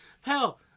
hell